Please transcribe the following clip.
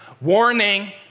Warning